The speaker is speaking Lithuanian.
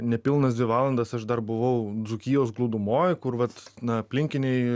nepilnas dvi valandas aš dar buvau dzūkijos glūdumoj kur vat na aplinkiniai